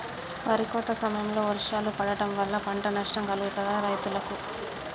వరి కోత సమయంలో వర్షాలు పడటం వల్ల పంట నష్టం కలుగుతదా రైతులకు?